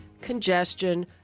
congestion